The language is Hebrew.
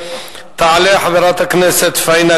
תודה לחבר הכנסת גאלב מג'אדלה.